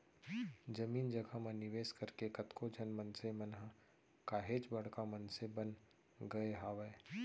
जमीन जघा म निवेस करके कतको झन मनसे मन ह काहेच बड़का मनसे बन गय हावय